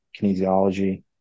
kinesiology